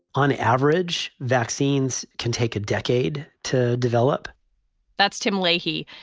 on average, vaccines can take a decade to develop that's tim lahey.